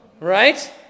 right